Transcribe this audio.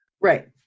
Right